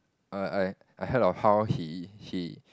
err I I heard of how he he